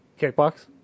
Kickbox